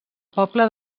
poble